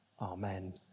Amen